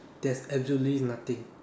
there is absolutely nothing